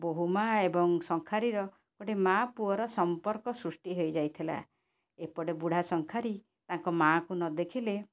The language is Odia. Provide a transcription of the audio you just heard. ବୋହୂମା ଏବଂ ଶଙ୍ଖାରିର ଗୋଟେ ମାଆ ପୁଅର ସମ୍ପର୍କ ସୃଷ୍ଟି ହେଇଯାଇଥିଲା ଏପଟେ ବୁଢ଼ା ଶଙ୍ଖାରି ତାଙ୍କ ମାଆଙ୍କୁ ନ ଦେଖିଲେ